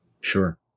Sure